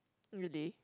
really